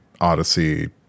Odyssey